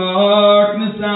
darkness